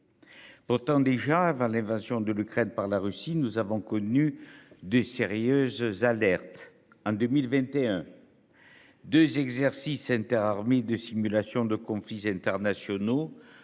Pourtant déjà avant l'invasion de l'Ukraine par la Russie. Nous avons connu de sérieuses alertes en 2021. 2 exercices interarmées de simulation de conflits internationaux.